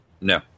No